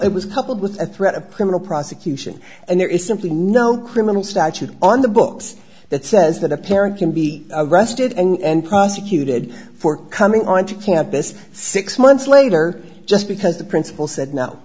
it was coupled with a threat of criminal prosecution and there is simply no criminal statute on the books that says that a parent can be arrested and prosecuted for coming on to campus six months later just because the principal said no